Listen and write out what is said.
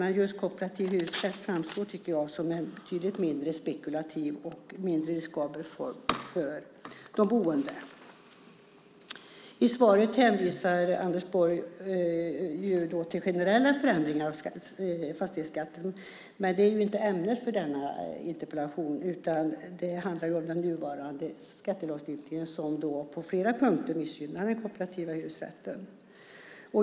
Men just kooperativ hyresrätt framstår, tycker jag, som en betydligt mindre spekulativ och mindre riskabel form för de boende. I svaret hänvisar Anders Borg till generella förändringar av fastighetsskatten. Men det är ju inte ämnet för denna interpellation, utan det handlar om den nuvarande skattelagstiftningen som på flera punkter missgynnar den kooperativa hyresrätten.